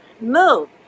move